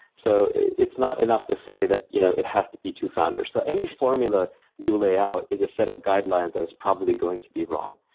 so it's not enough to say you know it has to be two founders. so any formula you lay out is a set of guidelines that is probably going to be wrong.